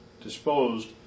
disposed